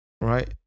Right